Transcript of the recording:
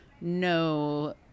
no